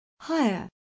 higher